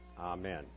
Amen